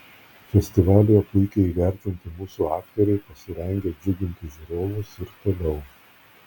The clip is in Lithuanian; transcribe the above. festivalyje puikiai įvertinti mūsų aktoriai pasirengę džiuginti žiūrovus ir toliau